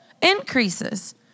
increases